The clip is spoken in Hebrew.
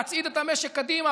להצעיד את המשק קדימה.